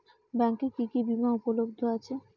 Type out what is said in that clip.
ব্যাংকে কি কি বিমা উপলব্ধ আছে?